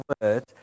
word